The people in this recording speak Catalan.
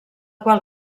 qual